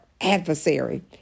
adversary